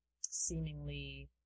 seemingly